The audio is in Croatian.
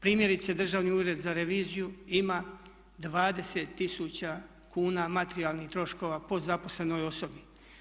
Primjerice Državni ured za reviziju ima 20 tisuća kuna materijalnih troškova po zaposlenoj osobi.